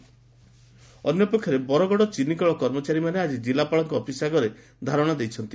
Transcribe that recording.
ଧାରଣା ଅନ୍ୟପକ୍ଷରେ ବରଗଡ଼ ଚିନିକଳ କର୍ମଚାରୀମାନେ ଆଜି ଜିଲ୍ଲାପାଳଙ୍କ ଅଫିସ ଆଗରେ ଧାରଶା ଦେଇଛନ୍ତି